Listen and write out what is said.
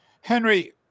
Henry